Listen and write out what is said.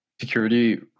security